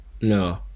no